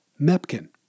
Mepkin